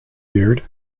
beard